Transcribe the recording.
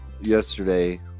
yesterday